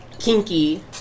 kinky